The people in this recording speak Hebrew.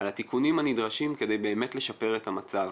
על התיקונים הנדרשים כדי באמת לשפר את המצב